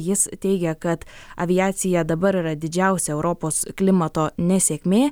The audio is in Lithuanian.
jis teigia kad aviacija dabar yra didžiausia europos klimato nesėkmė